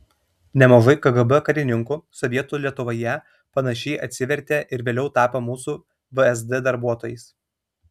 nemažai kgb karininkų sovietų lietuvoje panašiai atsivertė ir vėliau tapo mūsų vsd darbuotojais